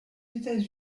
états